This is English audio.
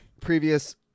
previous